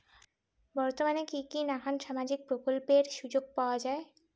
বর্তমানে কি কি নাখান সামাজিক প্রকল্পের সুযোগ পাওয়া যায়?